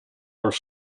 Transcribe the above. are